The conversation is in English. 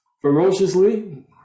ferociously